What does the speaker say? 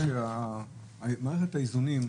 המטופלים,